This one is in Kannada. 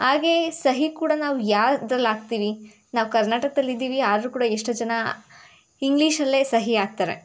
ಹಾಗೇ ಸಹಿ ಕೂಡ ನಾವು ಯಾವ್ದ್ರಲ್ಲಿ ಹಾಕ್ತೀವಿ ನಾವು ಕರ್ನಾಟಕ್ದಲ್ಲಿ ಇದ್ದೀವಿ ಆದರೂ ಕೂಡ ಎಷ್ಟೋ ಜನ ಇಂಗ್ಲೀಷಲ್ಲೇ ಸಹಿ ಹಾಕ್ತಾರೆ